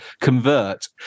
convert